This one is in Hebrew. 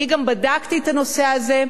אני גם בדקתי את הנושא הזה,